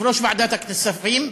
יושב-ראש ועדת הכספים,